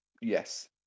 Yes